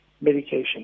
medication